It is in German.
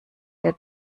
der